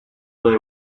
they